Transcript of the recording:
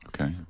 okay